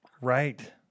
Right